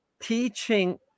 teaching